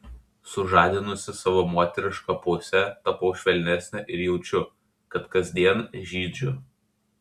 sužadinusi savo moterišką pusę tapau švelnesnė ir jaučiu kad kasdien žydžiu